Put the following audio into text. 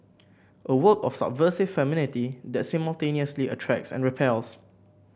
a work of subversive femininity that simultaneously attracts and repels